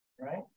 Right